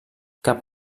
cap